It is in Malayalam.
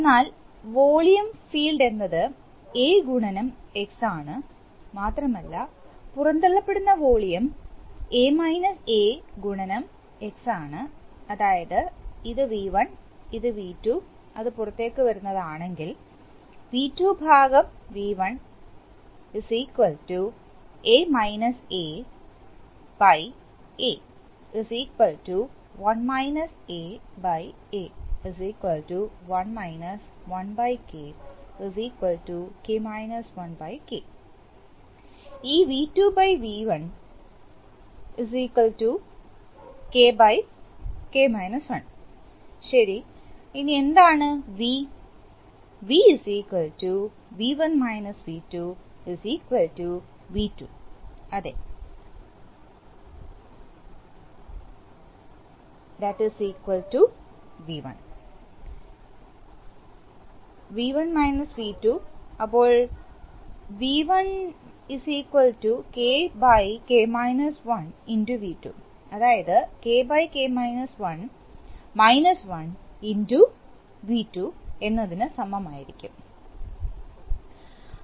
എന്നാൽ വോളിയം ഫീൽഡ് എന്നത് ഗുണനം ആണ് മാത്രമല്ല പുറന്തള്ളപ്പെടുന്ന വോളിയം ഗുണനം ആണ് അതായത് ഇത് V1 ഇത് V2 അത് പുറത്തേക്ക് വരുന്നത് ആണെങ്കിൽ v2v1 A 1 aA 1 1K K ഈ V2V1 V1V2 KK 1ശരി ഇനി എന്താണ് V V1 - V2 V2അതെ V1 V1 - V2 അപ്പോൾ V1 k k - 1 x V2 അതായത് K - 1 x V2 എന്തിന് സമമായിരിക്കും